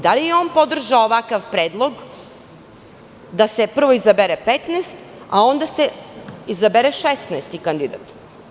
Da li je on podržao ovakav predlog da se prvo izabere 15, a onda se izabere 16. kandidat?